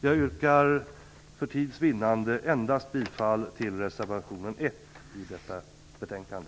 Jag yrkar för tids vinnande bifall endast till reservation 1 vid detta betänkande.